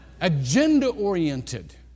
Agenda-oriented